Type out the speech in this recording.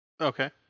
Okay